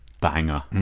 banger